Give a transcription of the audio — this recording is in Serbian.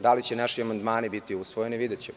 Da li će naši amandmani biti usvojeni, videćemo.